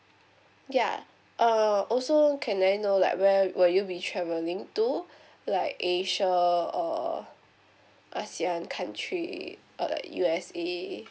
ya err also can I know like where will you be travelling to like asia or ASEAN country or like U_S_A